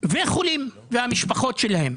והמשפחות שלהם?